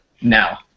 now